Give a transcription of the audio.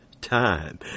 time